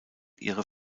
ihre